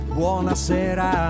buonasera